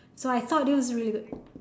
so I thought this was really good